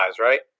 right